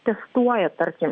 testuoja tarkim